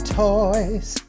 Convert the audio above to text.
toys